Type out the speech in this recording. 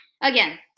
again